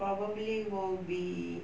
probably will be